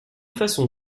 façon